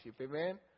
Amen